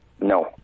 No